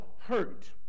hurt